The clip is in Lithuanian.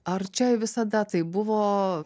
ar čia visada taip buvo